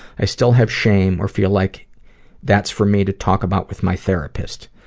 i still have shame or feel like that's for me to talk about with my therapist.